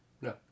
No